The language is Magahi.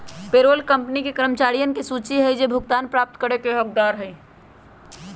पेरोल कंपनी के कर्मचारियन के सूची हई जो भुगतान प्राप्त करे के हकदार हई